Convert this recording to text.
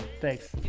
thanks